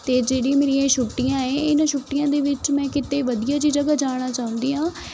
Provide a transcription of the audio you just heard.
ਅਤੇ ਜਿਹੜੀ ਮੇਰੀ ਛੁੱਟੀਆਂ ਹੈ ਇਹਨਾਂ ਛੁੱਟੀਆਂ ਦੇ ਵਿੱਚ ਮੈਂ ਕਿਤੇ ਵਧੀਆ ਜੀ ਜਗ੍ਹਾ ਜਾਣਾ ਚਾਹੁੰਦੀ ਹਾਂ